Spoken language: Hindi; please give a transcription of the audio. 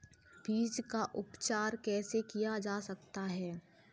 बीज का उपचार कैसे किया जा सकता है?